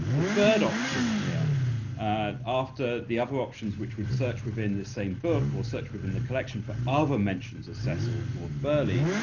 the third option here after the other options, which would search within the same book or search within the collection for other mentions as cecil lord burghley,